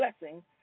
blessing